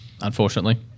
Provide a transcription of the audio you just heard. Unfortunately